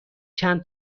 چند